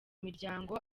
miryango